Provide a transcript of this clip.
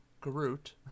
Groot